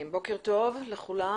בוקר טוב לכולם.